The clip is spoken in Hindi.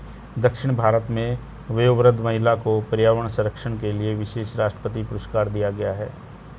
दक्षिण भारत में वयोवृद्ध महिला को पर्यावरण संरक्षण के लिए विशेष राष्ट्रपति पुरस्कार दिया गया है